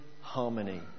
harmony